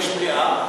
יש למליאה,